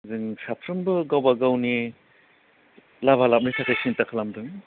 जों साफ्रोमबो गावबा गावनि लाबा लाबनि थाखै सिन्था खालामदों